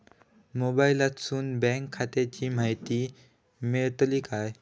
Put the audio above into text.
मोबाईलातसून बँक खात्याची माहिती मेळतली काय?